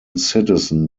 citizen